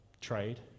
trade